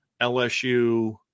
LSU